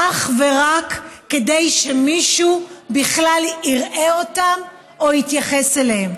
אך ורק כדי שמישהו בכלל יראה אותם או יתייחס אליהם.